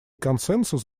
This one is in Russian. консенсус